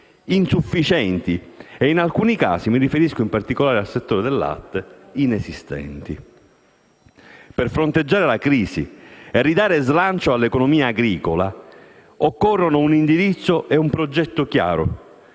insufficienti e, in alcuni casi - mi riferisco in particolare al settore del latte - inesistenti. Per fronteggiare la crisi e ridare slancio all'economia agricola occorrono un indirizzo e un progetto chiaro